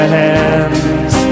hands